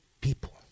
people